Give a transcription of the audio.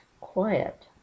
quiet